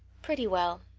pretty well.